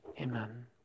Amen